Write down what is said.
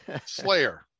Slayer